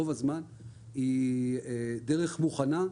רוב הזמן היא דרך מוכנה,